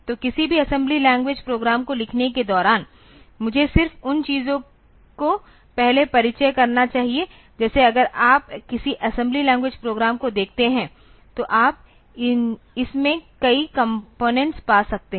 तो किसी भी असेंबली लैंग्वेज प्रोग्राम को लिखने के दौरान मुझे सिर्फ उन चीजों को पहले परिचय करना चाहिए जैसे अगर आप किसी असेंबली लैंग्वेज प्रोग्राम को देखते हैं तो आप इसमें कई कंपोनेंट्स पा सकते हैं